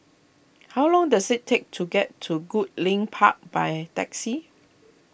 how long does it take to get to Goodlink Park by taxi